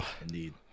indeed